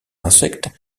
insectes